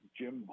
Jim